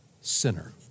sinner